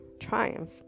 triumph